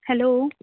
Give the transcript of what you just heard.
hello